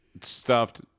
stuffed